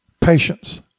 Patience